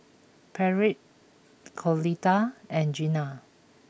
Patric Clotilda and Gina